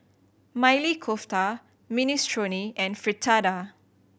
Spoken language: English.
Maili Kofta Minestrone and Fritada